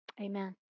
Amen